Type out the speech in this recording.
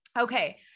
okay